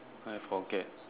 I forget